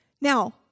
Now